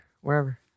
Wherever